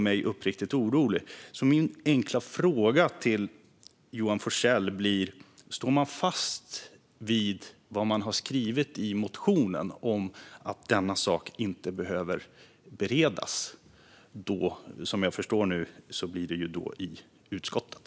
Min enkla fråga till Johan Forssell blir: Står ni fast vid vad ni har skrivit i motionen om att denna sak inte behöver beredas i, som jag förstår nu, utskottet?